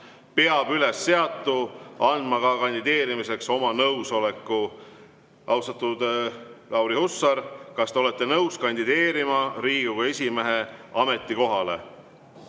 peab ülesseatu andma kandideerimiseks oma nõusoleku. Austatud Lauri Hussar, kas te olete nõus kandideerima Riigikogu esimehe ametikohale?